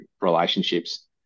relationships